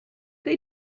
they